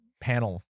panel